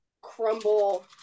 crumble